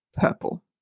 purple